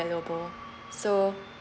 valuable so